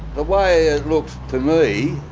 the way it looks to me,